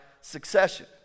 succession